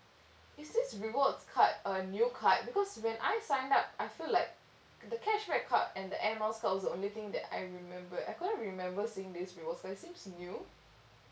is this rewards card a new card because when I sign up I feel like the cashback card and the air miles card was the only thing that I remembered I couldn't remember seeing this rewards card it seems new